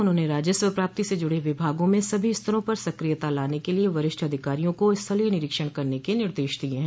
उन्होंने राजस्व प्राप्ति से जुड़े विभागों में सभी स्तरों पर सक्रियता लाने के लिये वरिष्ठ अधिकारियों को स्थलीय निरीक्षण करने के निर्देश दिये हैं